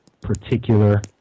particular